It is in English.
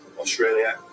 australia